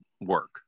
work